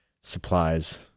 supplies